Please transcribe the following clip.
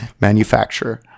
manufacturer